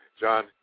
John